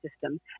system